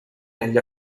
negli